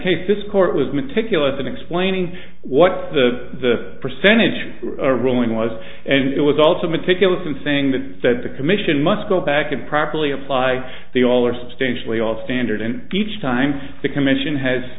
case this court was meticulous in explaining what the percentage a ruling was and it was also meticulous in saying that said the commission must go back and properly apply the all or substantially all fan and each time the commission has